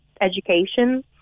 education